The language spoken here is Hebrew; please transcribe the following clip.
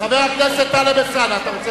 חבר הכנסת טלב אלסאנע, אתה רוצה